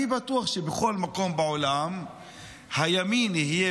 אני בטוח שבכל מקום בעולם הימין יהיה